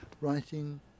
writing